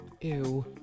Ew